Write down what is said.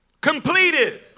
completed